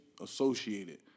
Associated